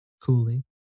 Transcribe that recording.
coolly